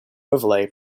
overlay